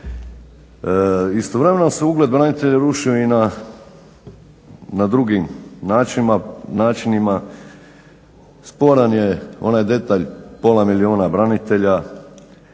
Istovremeno se ugled branitelja rušio i drugim načinima. Sporan je onaj detalj pola milijuna branitelja,